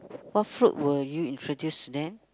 what fruit will you introduce to them